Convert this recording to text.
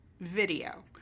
video